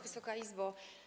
Wysoka Izbo!